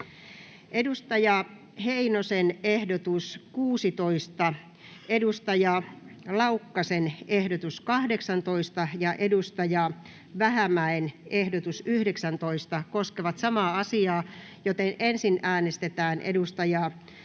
Timo Heinosen ehdotus 16, Antero Laukkasen ehdotus 18 ja Ville Vähämäen ehdotus 19 koskevat samaa määrärahaa, joten ensin äänestetään Ville